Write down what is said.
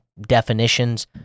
definitions